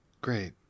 Great